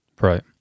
Right